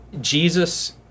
Jesus